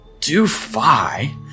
Do-fi